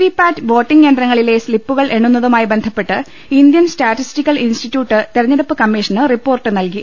V PAT voting യന്ത്രങ്ങളിലെ voting സ്ലിപ്പുകൾ എണ്ണുന്ന തുമായി ബന്ധപ്പെട്ട് ഇന്ത്യൻ സ്റ്റാറ്റിസ്റ്റിക്കൽ ഇൻസ്റ്റിറ്റ്യൂട്ട് തെരഞ്ഞെടുപ്പ് കമ്മീഷന് റിപ്പോർട്ട് നൽകി